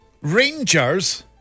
Rangers